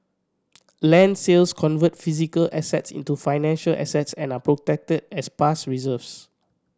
land sales convert physical assets into financial assets and are protected as past reserves